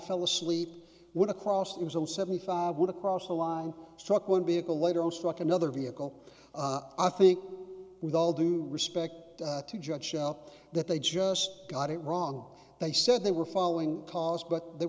fell asleep when across it was on seventy five would across the line struck one vehicle later and struck another vehicle i think with all due respect to judge show that they just got it wrong they said they were following cause but they